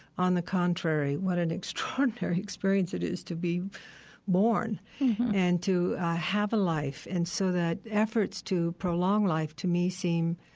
on the contrary, what an extraordinary experience it is to be born and to have a life, and so that efforts to prolong life, to me, seem,